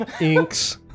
Inks